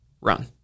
run